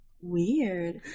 Weird